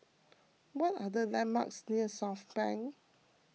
what are the landmarks near Southbank